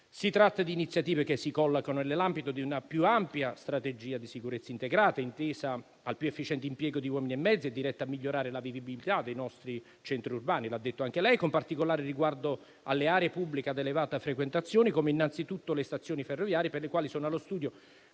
Si tratta di iniziative che si collocano nell'ambito di una più ampia strategia di sicurezza integrata, intesa al più efficiente impiego di uomini e mezzi e diretta a migliorare la vivibilità dei nostri centri urbani - come ha detto anche lei - con particolare riguardo alle aree pubbliche ad elevata frequentazione, come innanzitutto le stazioni ferroviarie, per le quali sono allo studio,